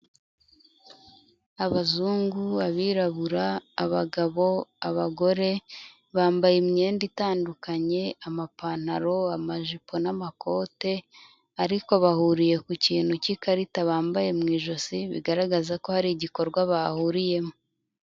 Abazungu, abirabura, abagabo, abagore bambaye imyenda itandukanye, amapantaro, amajipo n'amakote ariko bahuriye ku kintu k'ikarita bambaye mu ijosi, bigaragaza ko hari igikorwa bahuriyemo.